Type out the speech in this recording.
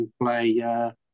play